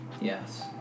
Yes